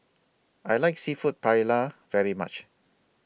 I like Seafood Paella very much